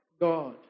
God